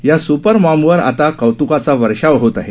या सूपर मॉमवर आता कौत्काचा वर्षाव होत आहे